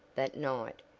that night,